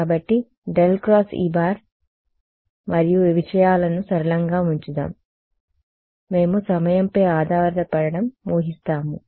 కాబట్టి ∇xE మరియు విషయాలను సరళంగా ఉంచుదాం మేము సమయంపై ఆధారపడటం ఊహిస్తాము